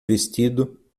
vestido